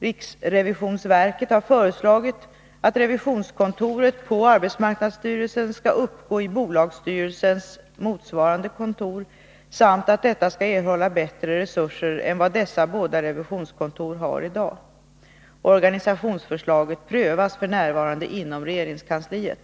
Riksrevisionsverket har föreslagit att revisionskontoret på arbetsmarknadsstyrelsen skall uppgå i bostadsstyrelsens motsvarande kontor samt att detta skall erhålla bättre resurser än vad dessa båda revisionskontor har i dag. Organisationsförslaget prövas f. n. inom regeringskansliet.